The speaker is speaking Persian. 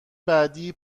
بعدی